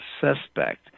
suspect